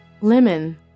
lemon